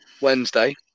Wednesday